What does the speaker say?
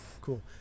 cool